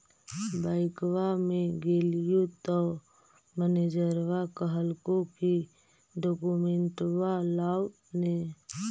बैंकवा मे गेलिओ तौ मैनेजरवा कहलको कि डोकमेनटवा लाव ने?